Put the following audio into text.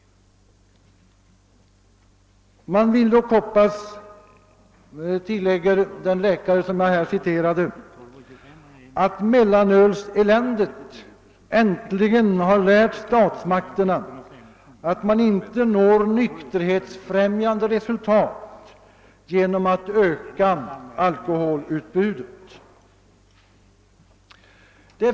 Man vill dock hoppas, tillägger den läkare som jag här citerat, att mellanölseländet äntligen har lärt statsmakterna att nykterhetsfrämjande resultat inte åstadkommes genom att öka alkoholutbudet.